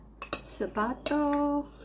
Sabato